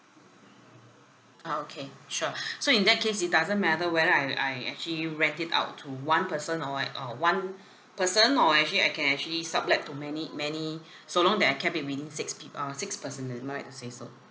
uh okay sure so in that case it doesn't matter whether I I actually rent it out to one person or uh or one person or actually I can actually sublet to many many so long that I cap it within six peo~ uh six personal am I right to say so